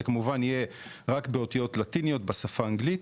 זה כמובן יהיה רק באותיות לטיניות בשפה האנגלית.